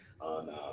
on